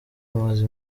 imaze